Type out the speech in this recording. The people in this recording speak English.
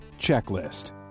checklist